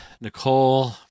Nicole